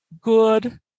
good